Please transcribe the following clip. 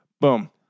Boom